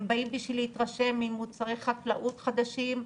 הם באים בשביל להתרשם ממוצרי חקלאות חדשים,